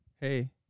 hey